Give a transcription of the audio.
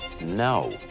No